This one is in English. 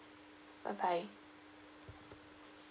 bye bye